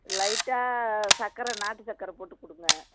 லைட்டாக சர்க்கர நாட்டு சர்க்கர போட்டு கொடுங்க